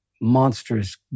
monstrous